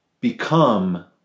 Become